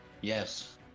Yes